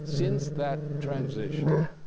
since that transition,